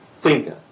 thinker